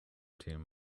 team